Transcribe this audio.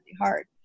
hard